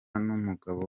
n’umugabo